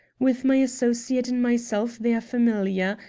with my associate and myself they are familiar,